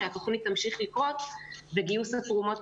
שהתוכנית תמשיך לקרות וגיוס התרומות